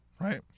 right